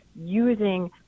using